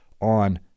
on